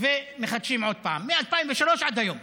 ומחדשים עוד פעם, מ-2003 עד היום.